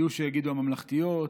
יהיו שיגידו הממלכתיוֹת,